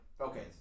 Okay